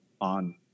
on